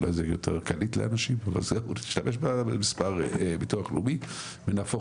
אולי זה יותר קליט לאנשים אבל נשתמש במספר ביטוח לאומי ונהפוך